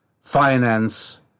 finance